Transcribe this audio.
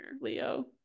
Leo